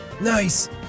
Nice